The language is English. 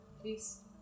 Please